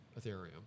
Ethereum